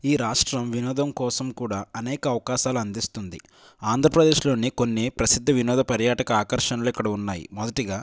ఈ రాష్ట్రం వినోదం కోసం కూడా అనేక అవకాశాలు అందిస్తుంది ఆంధ్రప్రదేశ్లోని కొన్ని ప్రసిద్ధ వినోద పర్యాటక ఆకర్షణలు ఇక్కడ ఉన్నాయి మొదటిగా